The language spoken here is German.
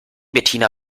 bettina